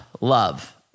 Love